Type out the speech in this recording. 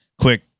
quick